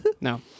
No